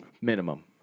Minimum